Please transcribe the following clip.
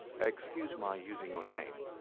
excuse my using your name,